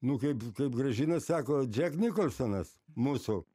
nu kaip kaip gražina sako džek nikolsonas mūsų